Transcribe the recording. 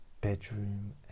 bedroom